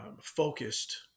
focused